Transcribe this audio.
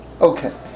Okay